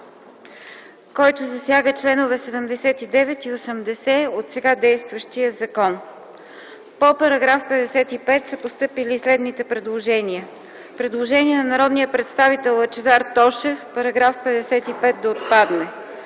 55 засяга членове 79 и 80 от сега действащия закон. По § 55 са постъпили следните предложения: Предложение от народния представител Лъчезар Тошев -§ 55 да отпадне.